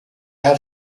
had